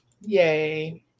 Yay